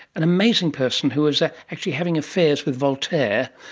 an amazing person who was ah actually having affairs with voltaire,